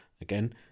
Again